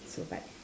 so but